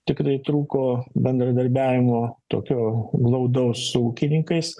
tikrai trūko bendradarbiavimo tokio glaudaus su ūkininkais